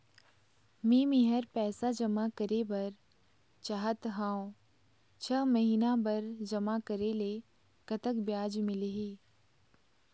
मे मेहर पैसा जमा करें बर चाहत हाव, छह महिना बर जमा करे ले कतक ब्याज मिलही?